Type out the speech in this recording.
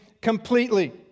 completely